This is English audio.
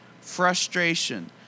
frustration